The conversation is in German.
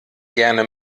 gerne